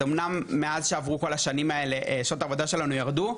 אז אמנם מאז שעברו כל השנים האלה שעות העבודה שלנו ירדו.